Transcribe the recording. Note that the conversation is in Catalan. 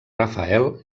rafael